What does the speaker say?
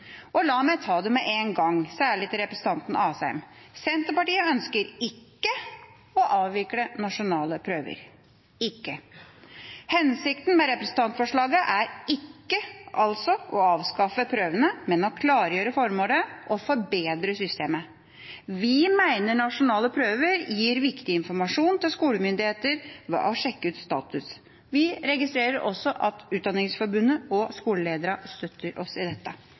media. La meg ta det med en gang, særlig til representanten Asheim: Senterpartiet ønsker ikke å avvikle nasjonale prøver. Hensikten med representantforslaget er altså ikke å avskaffe prøvene, men å klargjøre formålet og forbedre systemet. Vi mener nasjonale prøver gir viktig informasjon til skolemyndigheter ved å sjekke ut status. Vi registrerer også at Utdanningsforbundet og skolelederne støtter oss i dette.